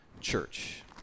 church